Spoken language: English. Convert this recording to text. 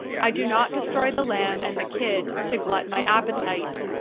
i do not destroy the lamb and the kid, to glut my appetite,